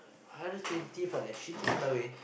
hundred twenty for that shitty colour way